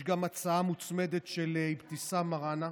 יש גם הצעה מוצמדת של אבתיסאם מראענה.